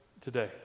today